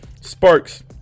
Sparks